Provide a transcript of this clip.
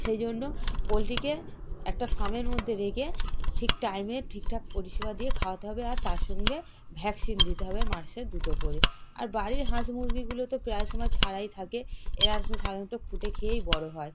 সেই জন্য পোলট্রিকে একটা ফার্মের মধ্যে রেখে ঠিক টাইমে ঠিকঠাক পরিষেবা দিয়ে খাওয়াতে হবে আর তার সঙ্গে ভ্যাক্সিন দিতে হবে মাসে দুটো করে আর বাড়ির হাঁস মুরগিগুলো তো প্রায় সময় ছাড়াই থাকে এরা সাধারণত খুঁটে খেয়েই বড় হয়